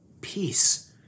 Peace